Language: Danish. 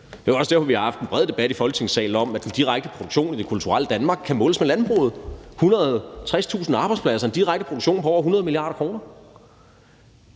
Det er også derfor, vi har haft en bred debat i Folketingssalen om, at den direkte produktion i det kulturelle Danmark kan måle sig med landbrugets. 160.000 arbejdspladser, en direkte produktion på over 100 mia. kr. er